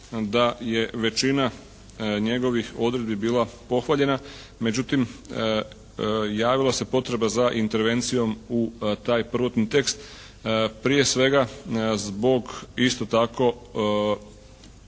da je većina njegovih odredbi bila pohvaljena, međutim javila se potreba za intervencijom u taj prvotni tekst. Prije svega zbog isto tako